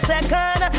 Second